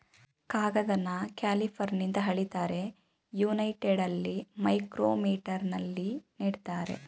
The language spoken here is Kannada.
ಕಾಗದನ ಕ್ಯಾಲಿಪರ್ನಿಂದ ಅಳಿತಾರೆ, ಯುನೈಟೆಡಲ್ಲಿ ಮೈಕ್ರೋಮೀಟರಲ್ಲಿ ನೀಡ್ತಾರೆ